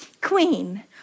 Queen